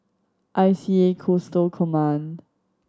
I C A Coastal Command